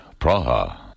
Praha